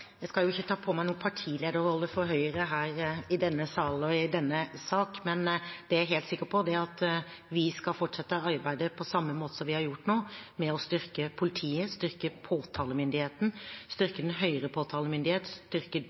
Jeg skal ikke ta på meg noen partilederrolle for Høyre her i denne salen og i denne saken, men det jeg er helt sikker på, er at vi skal fortsette arbeidet på samme måte som vi har gjort til nå, med å styrke politiet, styrke påtalemyndigheten, styrke den høyere påtalemyndighet og styrke